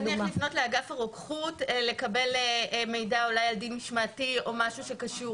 לפנות לאגף הרוקחות לקבל מידע אולי על דין משמעי או על משהו שקשור.